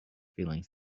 feelings